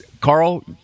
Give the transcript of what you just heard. Carl